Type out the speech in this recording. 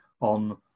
on